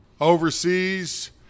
overseas